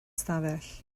ystafell